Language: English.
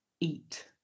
eat